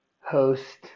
host